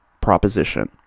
proposition